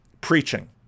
preaching